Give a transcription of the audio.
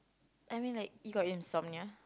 I mean like you got insomnia